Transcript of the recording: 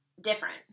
different